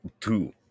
two